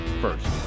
first